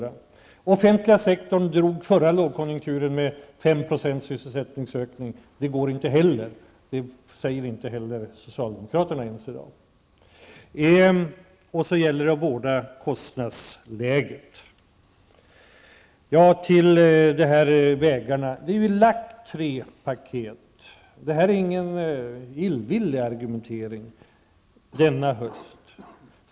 Den offentliga sektorn bidrog förra lågkonjunkturen med en sysselsättningsökning på 5 %. Det går inte heller. Det säger inte ens socialdemokraterna i dag. Det gäller också att vårda kostnadsläget. När det gäller vägarna har det lagts fram tre paket. Det här är ingen illvillig argumentering under denna höst.